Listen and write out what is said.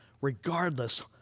regardless